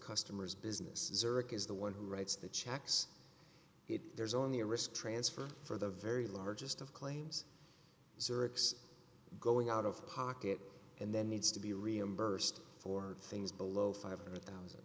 customers business zurich is the one who writes the checks if there's only a risk transfer for the very largest of claims zurich's going out of pocket and then needs to be reimbursed for things below five hundred thousand